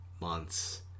months